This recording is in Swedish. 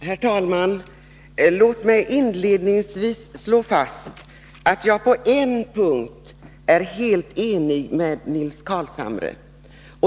Herr talman! Låt mig inledningsvis slå fast att jag på en punkt är helt enig med Nils Carlshamre.